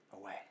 away